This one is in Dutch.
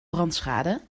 brandschade